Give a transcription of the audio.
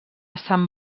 sant